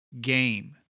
game